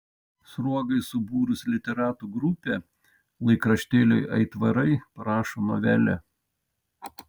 sruogai subūrus literatų grupę laikraštėliui aitvarai parašo novelę